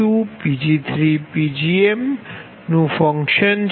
Pgm નુ function છે